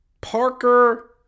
Parker